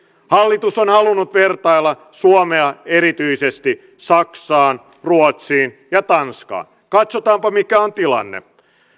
hallitus on halunnut vertailla suomea erityisesti saksaan ruotsiin ja tanskaan katsotaanpa mikä on tilanne